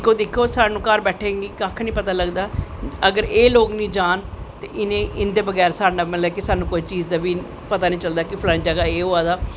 दिक्खो दिक्खो साह्नू घर बैठे दें गी कक्ख गी पता लगदा अगर एह् लोग नी जान ते इंदे बगैर मतलव कि साह्नू कोई चीज़ दा पता नी चलदा कि फलानी जगाह् एह् होआ दा